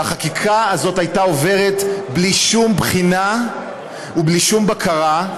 והחקיקה הזאת הייתה עוברת בלי שום בחינה ובלי שום בקרה,